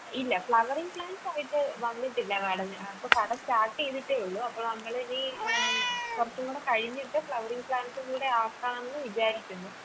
ഇല്ല ഫ്ലവറിങ് പ്ലാൻസായിട്ട് വന്നിട്ടില്ല മാഡം ഇപ്പം കട സ്റ്റാർട്ട് ചെയ്തിട്ടേ ഉള്ളു അപ്പം നമ്മൾ ഇനി കുറച്ചുംകൂടി കഴിഞ്ഞിട്ട് ഫ്ലവറിങ് പ്ലാൻസും കൂടെ ആകാമെന്ന് വിചാരിക്കുന്നു